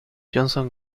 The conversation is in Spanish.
johnson